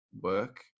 work